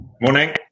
morning